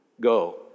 go